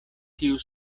tiu